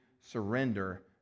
surrender